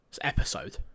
episode